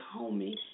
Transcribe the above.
homie